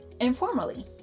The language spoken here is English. informally